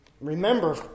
remember